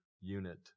unit